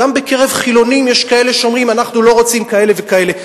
גם בקרב חילונים יש כאלה שאומרים: אנחנו לא רוצים כאלה וכאלה.